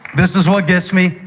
this is what gets me.